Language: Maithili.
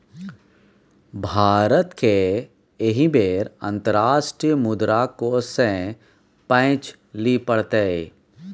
भारतकेँ एहि बेर अंतर्राष्ट्रीय मुद्रा कोष सँ पैंच लिअ पड़तै